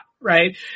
right